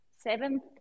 seventh